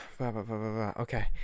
Okay